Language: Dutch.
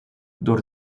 door